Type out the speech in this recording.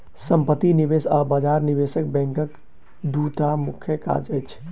सम्पत्ति निवेश आ बजार निवेश बैंकक दूटा मुख्य काज अछि